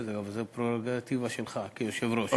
אבל זו פררוגטיבה שלך כיושב-ראש.